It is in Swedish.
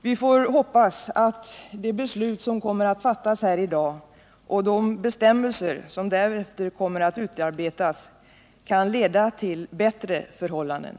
Vi får hoppas att det beslut som kommer att fattas här i dag och de bestämmelser som därefter kommer att utarbetas kan leda till bättre förhållanden.